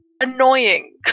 annoying